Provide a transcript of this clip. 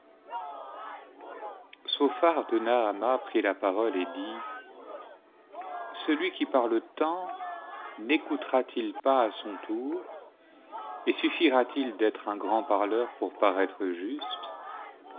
prit la parole et dit celui qui parle tant n'écoutera-t-il pas à son tour et suffira-t-il d'être un grand parleur pour paraître juste